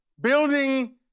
building